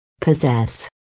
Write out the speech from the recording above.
possess